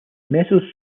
mezzo